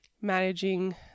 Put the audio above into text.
managing